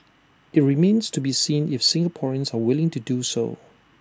IT remains to be seen if Singaporeans are willing to do so